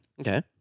Okay